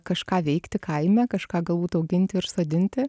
kažką veikti kaime kažką galbūt auginti ir sodinti